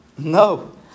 No